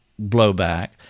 blowback—